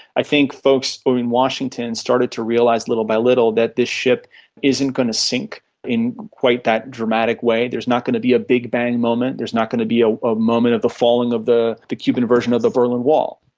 i think folks um in washington and started to realise little by little that this ship isn't going to sink in quite that dramatic way. there's not going to be a big bang moment, there's not going to be a ah moment of a falling of the the cuban version of the berlin wall.